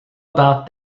about